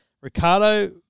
Ricardo